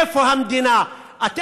איפה המדינה?